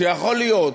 שיכול להיות